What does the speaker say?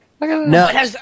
No